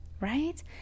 Right